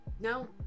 No